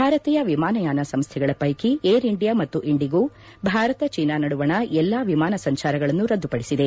ಭಾರತೀಯ ವಿಮಾನಯಾನ ಸಂಸ್ಟೆಗಳ ವೈಕಿ ಏರ್ ಇಂಡಿಯಾ ಮತ್ತು ಇಂಡಿಗೋ ಭಾರತ ಜೀನಾ ನಡುವಣ ಎಲ್ಲಾ ವಿಮಾನ ಸಂಚಾರಗಳನ್ನು ರದ್ದುಪಡಿಸಿದೆ